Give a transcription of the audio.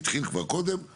התחיל כבר קודם.